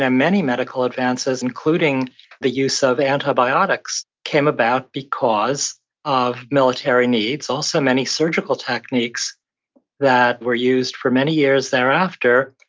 and many medical advances, including the use of antibiotics came about because of military needs. also many surgical techniques that were used for many years thereafter,